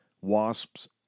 wasps